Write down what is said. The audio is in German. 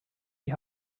die